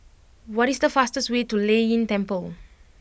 what is the fastest way to Lei Yin Temple